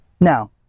Now